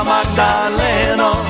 Magdaleno